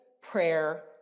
prayer